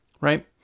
right